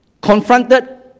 Confronted